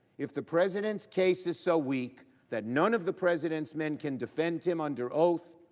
if the president's case is so weak that none of the president's men can defend him under oath,